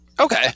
Okay